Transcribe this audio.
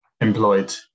employed